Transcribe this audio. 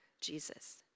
Jesus